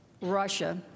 Russia